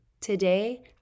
today